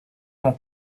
mon